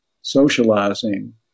socializing